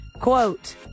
Quote